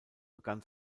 begann